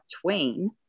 Twain